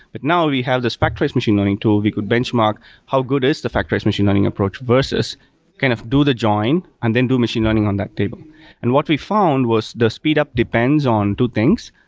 but now we have this factorized machine learning tool. we could benchmark how good is the factorized machine learning approach versus kind of do the join and then do machine learning on that table. and what we found was the speed up depends on two things.